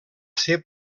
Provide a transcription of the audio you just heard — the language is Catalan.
ser